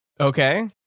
Okay